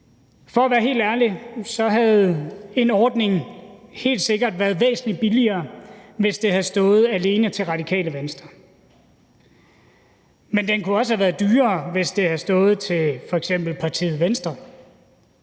For at være helt ærlig havde en ordning helt sikkert været væsentlig billigere, hvis det havde stået alene til Radikale Venstre. Men den kunne også have været dyrere, hvis det havde stået til f.eks. partiet Venstre.